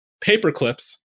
paperclips